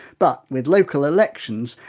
but with local elections,